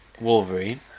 Wolverine